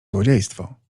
złodziejstwo